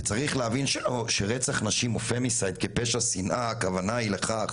וצריך להבין שרצח נשים או Femicide כפשע שינאה הכוונה היא לכך